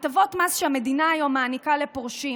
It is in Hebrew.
הטבות מס שהמדינה היום מעניקה לפורשים